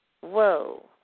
Whoa